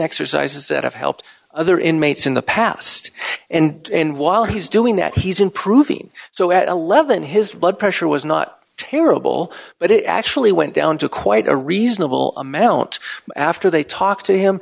exercises that have helped other inmates in the past and while he's doing that he's improving so at eleven his blood pressure was not terrible but it actually went down to quite a reasonable amount after they talked to him